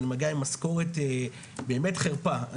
אני מגיע עם משכורת באמת חרפה,